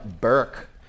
Burke